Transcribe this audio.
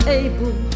able